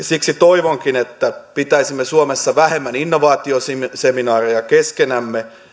siksi toivonkin että pitäisimme suomessa vähemmän innovaatioseminaareja keskenämme